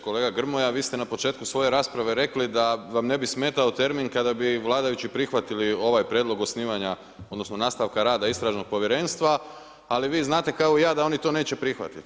Kolega Grmoja vi ste na početku svoje rasprave rekli da vam ne bi smetao termin kada bi vladajući prihvatili ovaj prijedlog osnivanja, odnosno nastavka rada istražnog povjerenstva, ali vi znate kao i ja da oni to neće prihvatit.